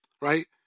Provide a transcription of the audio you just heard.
right